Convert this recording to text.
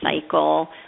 cycle